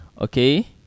Okay